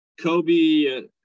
Kobe